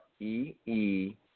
E-E